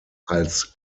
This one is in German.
als